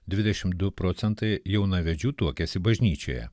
dvidešim du procentai jaunavedžių tuokiasi bažnyčioje